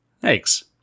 Thanks